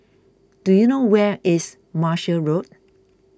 do you know where is Martia Road